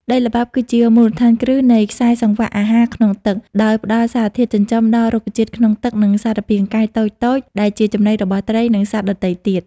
ដីល្បាប់គឺជាមូលដ្ឋានគ្រឹះនៃខ្សែសង្វាក់អាហារក្នុងទឹក ដោយផ្តល់សារធាតុចិញ្ចឹមដល់រុក្ខជាតិក្នុងទឹក និងសារពាង្គកាយតូចៗ ដែលជាចំណីរបស់ត្រី និងសត្វដទៃទៀត។